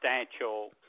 substantial